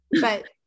but-